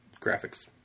graphics